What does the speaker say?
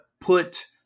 put